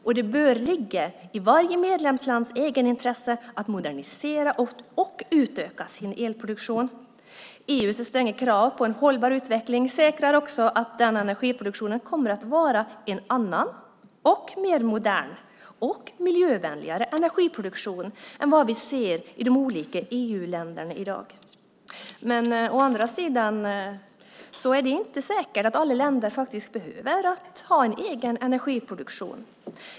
Och det bör ligga i varje medlemslands egenintresse att modernisera och utöka sin elproduktion. EU:s stränga krav på en hållbar utveckling säkrar också att energiproduktionen kommer att vara en annan och mer modern och miljövänligare energiproduktion än vad vi ser i de olika EU-länderna i dag. Å andra sidan är det inte säkert att alla länder behöver ha en egen energiproduktion.